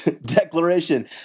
Declaration